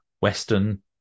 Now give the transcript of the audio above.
Western